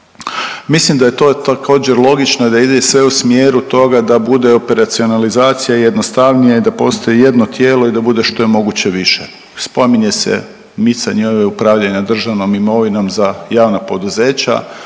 Mislim da je to također logično i da ide sve u smjeru toga da bude operacionalizacija jednostavnija, i da postoji jedno tijelo i da bude što je moguće više. Spominje se micanje ovo upravljanje državnom imovinom za javna poduzeća.